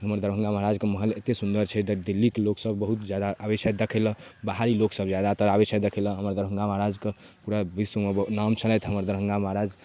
हमर दरभङ्गा महराजके महल एतेक सुन्दर छै दिल्लीके लोकसब बहुत जादा आबै छथि देखैलए बाहरी लोकसब जादातर आबै छथि देखैलए हमर दरभङ्गा महराजके पूरा विश्वमे नाम छलै हमर दरभङ्गा महराज